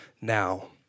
Now